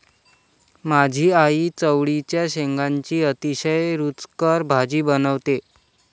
माझी आई चवळीच्या शेंगांची अतिशय रुचकर भाजी बनवते